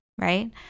right